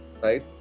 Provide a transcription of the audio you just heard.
right